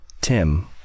Tim